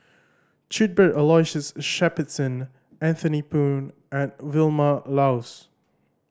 Cuthbert Aloysius Shepherdson Anthony Poon and Vilma Laus